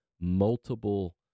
multiple